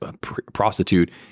prostitute